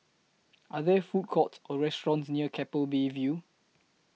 Are There Food Courts Or restaurants near Keppel Bay View